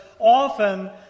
often